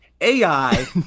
AI